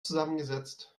zusammengesetzt